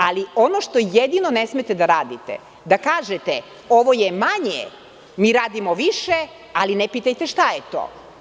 Ali, ono što jedino ne smete da radite, da kažete – ovo je manje, mi radimo više, ali ne pitajte šta je to.